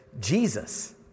Jesus